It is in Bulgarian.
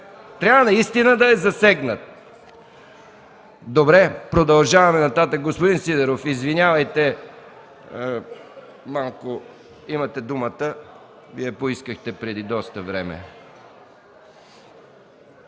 Трябва наистина да е засегнат. Продължаваме нататък. Господин Сидеров, извинявайте, имате думата. Вие я поискахте преди доста време.